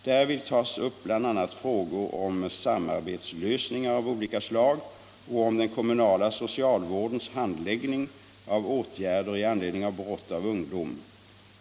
Därvid tas upp bl.a. frågor om samarbetslösningar av olika slag och om den kommunala socialvårdens handläggning av åtgärder i anledning av brott av ungdom.